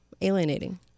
alienating